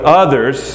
others